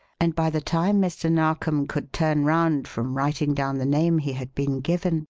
and by the time mr. narkom could turn round from writing down the name he had been given,